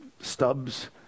stubs